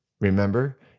Remember